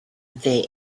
they